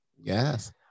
yes